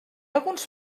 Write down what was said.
alguns